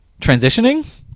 transitioning